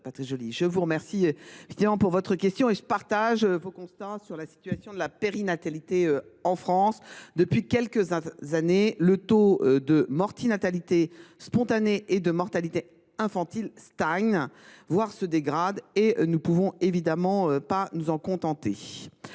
je vous remercie pour votre question et je partage vos constats sur la situation de la périnatalité en France. Depuis quelques années, le taux de mortinatalité spontanée et de mortalité infantile stagne, voire se dégrade. Nous ne pouvons évidemment pas nous en contenter.